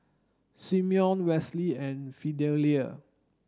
Simeon Westley and Fidelia